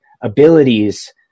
abilities